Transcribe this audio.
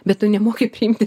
bet tu nemoki priimti